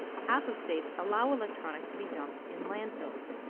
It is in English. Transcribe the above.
half of states allow electronics to be dumped in landfills.